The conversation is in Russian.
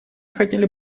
хотели